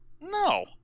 No